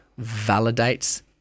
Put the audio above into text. validates